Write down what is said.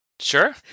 Sure